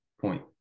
point